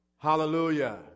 hallelujah